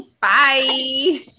bye